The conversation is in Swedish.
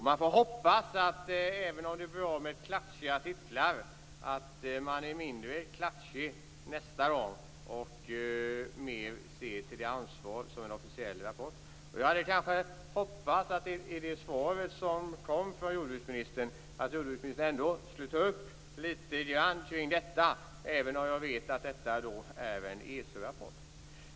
Även om det är bra med klatschiga titlar får man hoppas att man är mindre klatschig nästa gång och mer ser till det ansvar som följer med en officiell rapport. Jag hade kanske hoppats att jordbruksministern i sitt svar ändå skulle ta upp litet grand kring detta, även om jag vet att detta är en ESO-rapport.